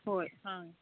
ꯍꯣꯏ ꯍꯥꯡꯏ